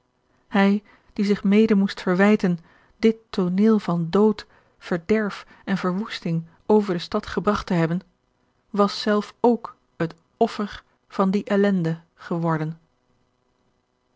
hij die zich mede moest verwijten dit tooneel van dood verderf en verwoesting over de stad gebragt te hebben was zelf ook het offer van die ellende geworden